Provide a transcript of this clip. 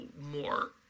more